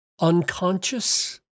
unconscious